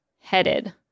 headed